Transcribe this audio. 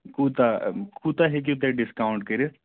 کوٗتاہ کوٗتاہ ہٮ۪کِو تُہۍ ڈِسکاوُنٛٹ کٔرِتھ